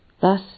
thus